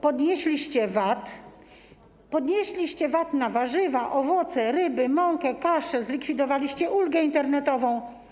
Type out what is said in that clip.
Podnieśliście VAT, podnieśliście VAT na warzywa, owoce, ryby, mąkę, kaszę, zlikwidowaliście ulgę internetową.